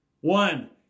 One